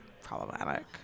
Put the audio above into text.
problematic